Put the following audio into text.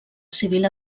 civil